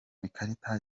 ikarita